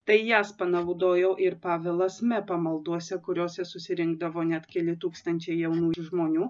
tai jas panaudojo ir pavelas me pamaldose kuriose susirinkdavo net keli tūkstančiai jaunų žmonių